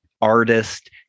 artist